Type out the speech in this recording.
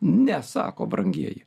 ne sako brangieji